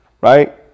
right